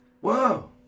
Whoa